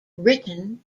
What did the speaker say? written